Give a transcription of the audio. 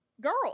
girl